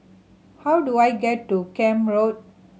how do I get to Camp Road